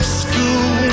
school